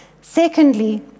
Secondly